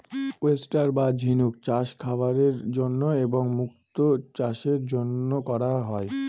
oyster বা ঝিনুক চাষ খাবারের জন্য এবং মুক্তো চাষের জন্য করা হয়